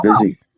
busy